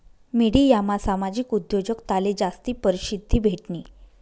मिडियामा सामाजिक उद्योजकताले जास्ती परशिद्धी भेटनी